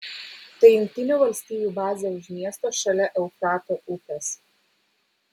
tai jungtinių valstijų bazė už miesto šalia eufrato upės